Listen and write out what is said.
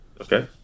Okay